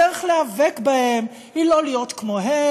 "הדרך להיאבק בהם היא לא להיות כמוהם,